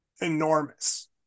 enormous